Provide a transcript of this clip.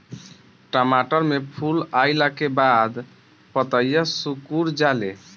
टमाटर में फूल अईला के बाद पतईया सुकुर जाले?